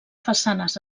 façanes